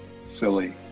silly